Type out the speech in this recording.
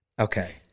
Okay